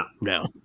no